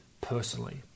personally